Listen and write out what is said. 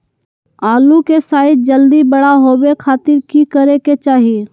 आलू के साइज जल्दी बड़ा होबे खातिर की करे के चाही?